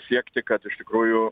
siekti kad iš tikrųjų